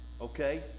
Okay